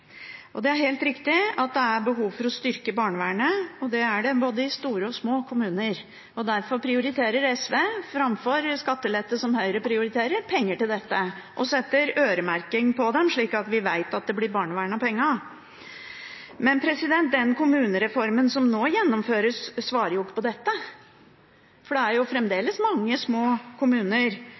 og det er helt riktig at det er behov for å styrke barnevernet, både i store og i små kommuner. Derfor prioriterer SV – framfor skattelette, som Høyre prioriterer – penger til dette og øremerker dem, slik at vi vet at det blir barnevern av pengene. Den kommunereformen som nå gjennomføres, svarer ikke på dette, for det er fremdeles mange små kommuner